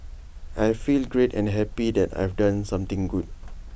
I feel great and happy that I've done something good